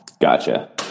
Gotcha